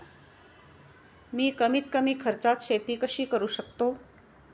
मी कमीत कमी खर्चात शेती कशी करू शकतो?